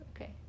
Okay